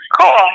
cool